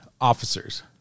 officers